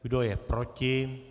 Kdo je proti?